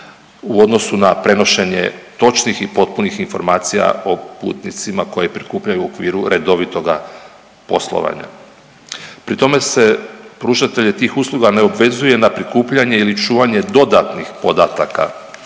u odnosu na prenošenje točnih i potpunih informacijama o putnicima koje prikupljaju u okviru redovitoga poslovanja. Pri tome se pružatelje tih usluga ne obvezuje na prikupljanje ili čuvanje dodatnih podataka